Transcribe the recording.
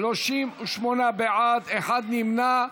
38 בעד, אחד נמנע.